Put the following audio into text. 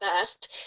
best